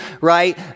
right